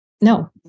no